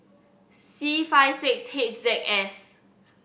C five six H Z S